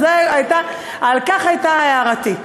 על כך הייתה הערתי.